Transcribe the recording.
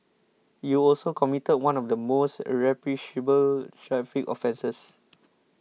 you also committed one of the most traffic offences